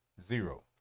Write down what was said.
zero